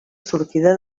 sortida